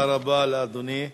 תודה רבה לאדוני.